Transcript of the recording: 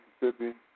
Mississippi